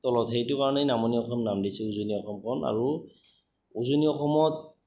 তলত সেইটোকাৰণেই নামনি অসম নাম দিছে উজনি অসমখন আৰু উজনি অসমত